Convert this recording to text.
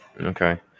Okay